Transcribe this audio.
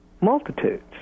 multitudes